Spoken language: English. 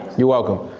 you're welcome.